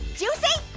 juicy